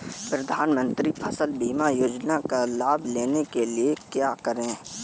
प्रधानमंत्री फसल बीमा योजना का लाभ लेने के लिए क्या करें?